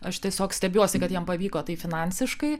aš tiesiog stebiuosi kad jiem pavyko tai finansiškai